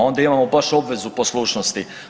Onda imamo baš obvezu poslušnosti.